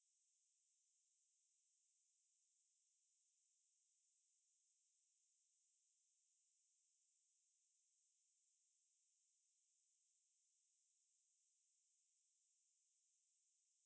mm but not necessary for us to meet also sometimes we also like doing online lah you know err I think இரண்டு வாரத்துக்கு முன்னாடி:irandu vaaratthukku munnadi like ஒரு:oru project பண்ணிட்டு இருந்தேன்:pannittu irunthen lah so அந்த:antha project வந்து:vanthu uh video பண்ணனும்:pannanum